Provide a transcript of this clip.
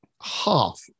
half